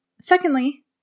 Secondly